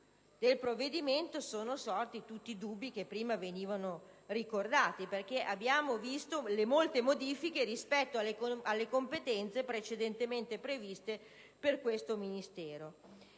alla sua lettura sono sorti tutti i dubbi che prima venivano ricordati, perché abbiamo visto le molte modifiche rispetto alle competenze precedentemente previste per questo Ministero.